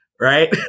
Right